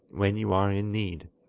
when you are in need